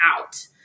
out